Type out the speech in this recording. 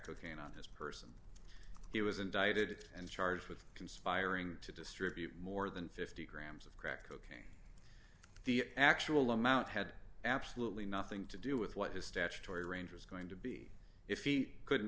cocaine on his person he was indicted and charged with conspiring to distribute more than fifty grams of crack cocaine the actual amount had absolutely nothing to do with what his statutory range was going to be if he couldn't